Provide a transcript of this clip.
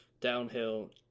downhill